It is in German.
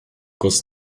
kurs